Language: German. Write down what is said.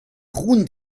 runen